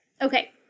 okay